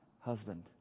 husband